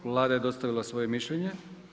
Vlada je dostavila svoje mišljenje.